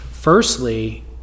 firstly